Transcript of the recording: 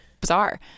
bizarre